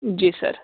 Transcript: जी sir